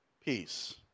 peace